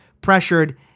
pressured